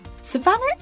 Savannah